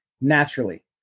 naturally